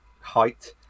height